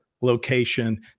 location